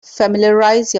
familiarize